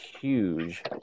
huge